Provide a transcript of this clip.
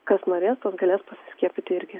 kas norės tas galės paskiepyti irgi